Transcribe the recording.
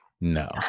no